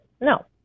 No